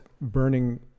burning